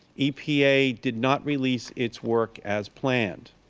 epa did not release its work as planned.